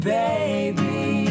baby